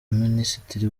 minisitiri